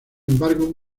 embargo